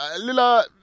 Lila